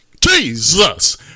Jesus